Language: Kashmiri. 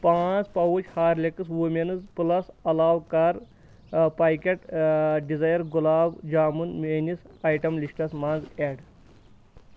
پانٛژھ پاوچ ہارلِکس وُمٮ۪نٕز پلس علاوٕٕ کَر packet desire gulab jamun mayonnaise item لسٹَس منٛز ایڈ